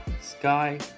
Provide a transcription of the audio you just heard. Sky